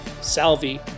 Salvi